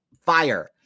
fire